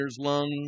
lung